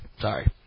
Sorry